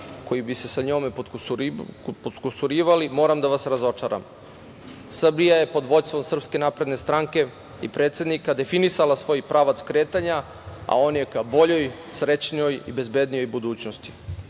koji bi se sa njome potkusurivali, moram da vas razočaram, Srbija je pod vođstvom Srpske napredne stranke i predsednika definisala svoj pravac kretanja, a on je ka boljoj, srećnijoj i bezbednijoj budućnosti. Da